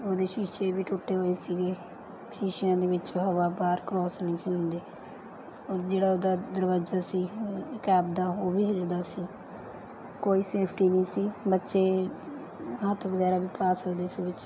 ਉਹਦੇ ਸ਼ੀਸ਼ੇ ਵੀ ਟੁੱਟੇ ਹੋਏ ਸੀਗੇ ਸ਼ੀਸ਼ਿਆਂ ਦੇ ਵਿੱਚ ਹਵਾ ਬਾਹਰ ਕ੍ਰੋਸ ਨਹੀਂ ਸੀ ਹੁੰਦੀ ਔਰ ਜਿਹੜਾ ਉਹਦਾ ਦਰਵਾਜ਼ਾ ਸੀ ਕੈਬ ਦਾ ਉਹ ਵੀ ਹਿਲਦਾ ਸੀ ਕੋਈ ਸੇਫਟੀ ਨਹੀਂ ਸੀ ਬੱਚੇ ਹੱਥ ਵਗੈਰਾ ਵੀ ਪਾ ਸਕਦੇ ਸੀ ਵਿੱਚ